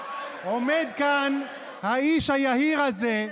עומד כאן האיש היהיר הזה,